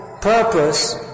purpose